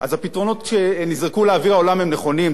ואז הפתרונות שנזרקו לאוויר העולם הם נכונים.